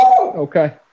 Okay